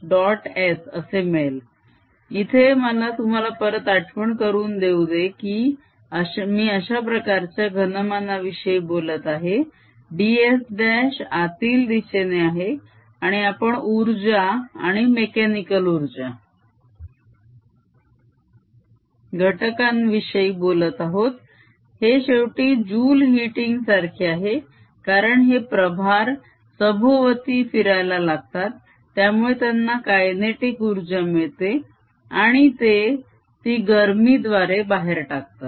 S असे मिळेल इथे मला तुम्हाला परत आठवण करून देऊ दे की मी अश्याप्रकारच्या घनमानाविषयी बोलत आहे ds' आतील दिशेने आहे आणि आपण उर्जा आणि मेक्यानिकल उर्जा घटकाविषयी बोलत आहोत हे शेवटी जूल हिटिंग सारखे आहे कारण हे प्रभार सभोवती फिरायला लागतात त्यामुळे त्यांना कायनेटिक उर्जा मिळते आणि ते ती गर्मी द्वारे बाहेर टाकतात